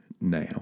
now